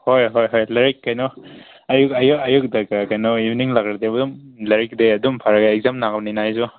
ꯍꯣꯏ ꯍꯣꯏ ꯂꯥꯏꯔꯤꯛ ꯀꯩꯅꯣ ꯑꯌꯨꯀꯇ ꯀꯩꯅꯣ ꯏꯕꯤꯅꯤꯡ ꯂꯥꯛꯂꯗꯤ ꯑꯗꯨꯝ ꯂꯥꯏꯔꯤꯛꯇꯤ ꯑꯗꯨꯝ ꯐꯔꯒ ꯑꯦꯛꯖꯥꯝ ꯂꯥꯛꯄꯅꯤꯅ ꯑꯩꯁꯨ